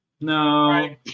no